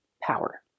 power